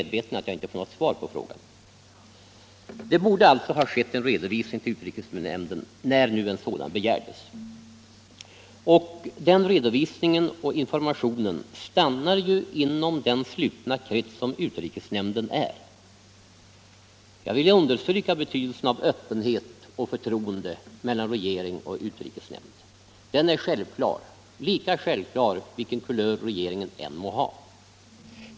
Det borde alltså ha skett en re dovisning till utrikesnämnden, när nu en sådan begärdes. Statsministerns Informationen stannar ju inom den slutna krets som utrikesnämnden = skriftväxling med är. Jag vill understryka betydelsen av öppenhet och förtroende mellan = utländsk regerings regering och utrikesnämnd. Den är lika självklar vilken kulör regeringen — chef än må ha.